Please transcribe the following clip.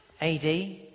AD